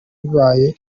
bibaye